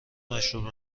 مشروب